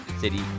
city